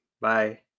Bye